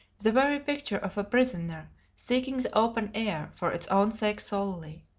the very picture of a prisoner seeking the open air for its own sake solely.